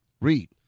Read